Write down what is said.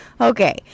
okay